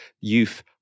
Youth